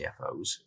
CFOs